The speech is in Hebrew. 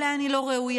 אולי אני לא ראויה,